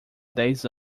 dez